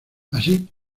así